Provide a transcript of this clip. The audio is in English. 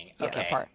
Okay